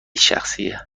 شخصیه